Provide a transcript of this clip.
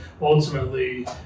ultimately